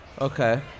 Okay